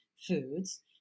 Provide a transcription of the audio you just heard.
foods